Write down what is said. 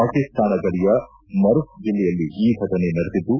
ಪಾಕಿಸ್ತಾನ ಗಡಿಯ ಮರುಫ್ ಜಿಲ್ಲೆಯಲ್ಲಿ ಈ ಘಟನೆ ನಡೆದಿದ್ದು